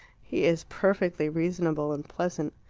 he is perfectly reasonable and pleasant.